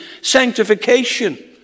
sanctification